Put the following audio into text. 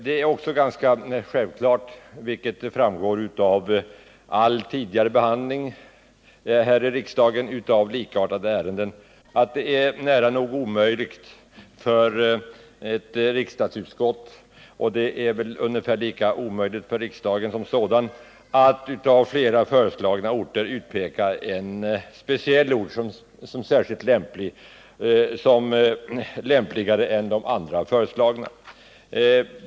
Det är också ganska självklart, vilket framgår av all tidigare behandling här i riksdagen av likartade ärenden, att det är nära nog omöjligt för ett riksdagsutskott och ungefär lika omöjligt för riksdagen som sådan att bland flera föreslagna orter utpeka en speciell ort som lämpligare än de andra föreslagna.